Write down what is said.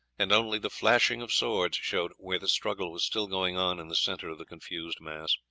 and only the flashing of swords showed where the struggle was still going on in the centre of the confused mass.